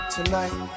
Tonight